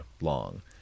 long